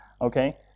okay